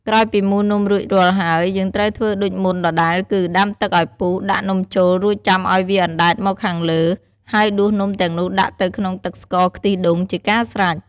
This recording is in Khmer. ក្រោយពីមូលនំរួចរាល់ហើយ យើងត្រូវធ្វើដូចមុនដដែលគឺ ដាំទឹកឱ្យពុះ ដាក់នំចូល រួចចាំឱ្យវាអណ្ដែតមកខាងលើ ហើយដួសនំទាំងនោះដាក់ទៅក្នុងទឹកស្ករខ្ទិះដូងជាការស្រេច។